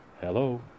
Hello